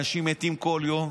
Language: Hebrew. אנשים מתים כל יום